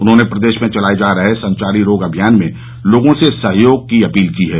उन्होंने प्रदेश में चलाये जा रहे संचारी रोग अभियान में लोगों से सहयोग की अपील की है